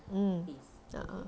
mm ya uh